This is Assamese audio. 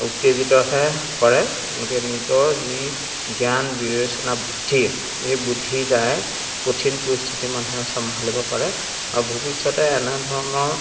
উত্তেজিত হে কৰে গতিকে নিজৰ যি জ্ঞান বিবেচনা বুদ্ধি এই বুদ্ধিৰ দ্বাৰাই কঠিন পৰিস্থিতি মানুহে চম্ভালিব পাৰে আৰু ভৱিষ্যতে এনেধৰণৰ